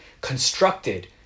constructed